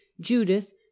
judith